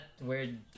weird